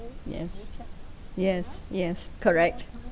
yes yes yes correct